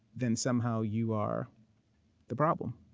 then somehow you are the problem.